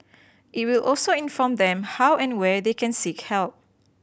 it will also inform them how and where they can seek help